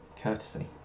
Courtesy